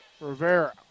Rivera